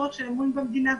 צורך של אמון במדינה.